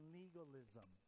legalism